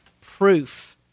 proof